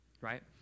Right